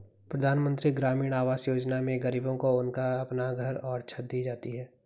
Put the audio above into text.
प्रधानमंत्री ग्रामीण आवास योजना में गरीबों को उनका अपना घर और छत दी जाती है